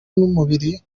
n’umubiri